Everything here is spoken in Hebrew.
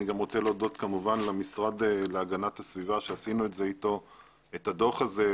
אני גם רוצה להודות כמובן למשרד להגנת הסביבה שאת הדוח הזה עשינו אתו,